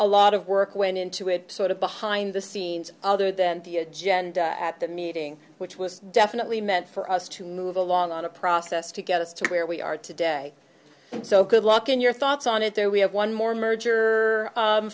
a lot of work went into it sort of behind the scenes other than the agenda at the meeting which was definitely meant for us to move along on a process to get us to where we are today so good luck in your thoughts on it there we have one more merger